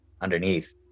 underneath